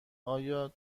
آیا